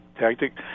tactic